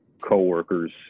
coworkers